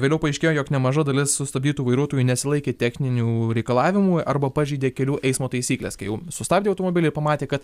vėliau paaiškėjo jog nemaža dalis sustabdytų vairuotojų nesilaikė techninių reikalavimų arba pažeidė kelių eismo taisykles kai jau sustabdė automobilį pamatė kad